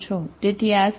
તેથી આ અસ્તિત્વમાં છે